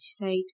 right